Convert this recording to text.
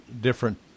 different